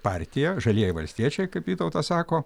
partija žalieji valstiečiai kaip vytautas sako